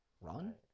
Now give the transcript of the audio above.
Run